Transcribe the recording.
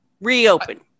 reopen